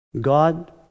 God